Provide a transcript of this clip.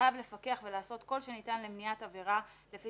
חייב לפקח ולעשות כל שניתן למניעת עבירה לפי